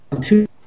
Two